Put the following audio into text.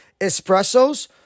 espressos